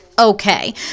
okay